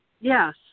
Yes